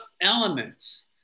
elements